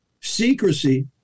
secrecy